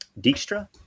Dijkstra